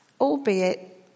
Albeit